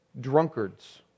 drunkards